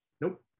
Nope